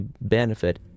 benefit